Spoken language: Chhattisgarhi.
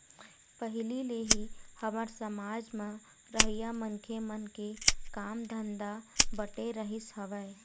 पहिली ले ही हमर समाज म रहइया मनखे मन के काम धंधा बटे रहिस हवय